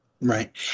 right